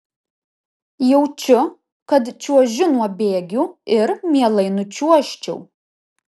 jaučiu kad čiuožiu nuo bėgių ir mielai nučiuožčiau